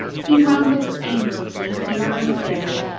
he rambled aimlessly here and there,